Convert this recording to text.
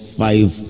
five